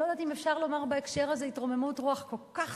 אני לא יודעת אם אפשר לומר בהקשר הזה "התרוממות רוח" כל כך